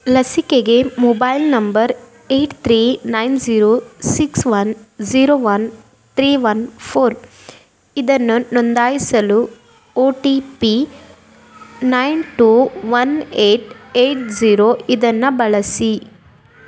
ಲಸಿಕೆಗೆ mobile number eight three nine zero six one zero one three one four ಇದನ್ನು ನೋಂದಾಯಿಸಲು O T P nine two one eight eight zero ಇದನ್ನು ಬಳಸಿ